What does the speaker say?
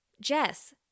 Jess